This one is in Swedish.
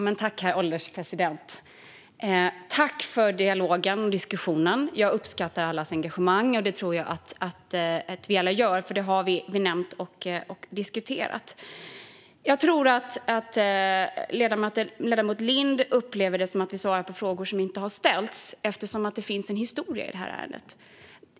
Herr ålderspresident! Tack för dialogen och diskussionen! Jag uppskattar allas engagemang, och det tror jag att vi alla gör, för det har vi nämnt och diskuterat. Att ledamoten Lind upplever det som att vi svarar på frågor som inte har ställts tror jag beror på att det finns en historia i ärendet.